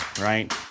right